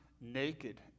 naked